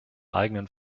eigenen